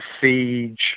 siege